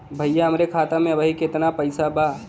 भईया हमरे खाता में अबहीं केतना पैसा बा?